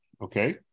okay